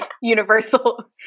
universal